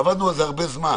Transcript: עבדנו על זה הרבה זמן